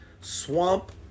swamp